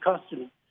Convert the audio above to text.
custody